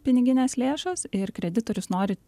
pinigines lėšas ir kreditorius nori